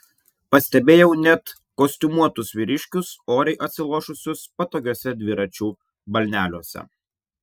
pastebėjau net kostiumuotus vyriškius oriai atsilošusius patogiuose dviračių balneliuose